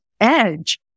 edge